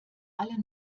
alle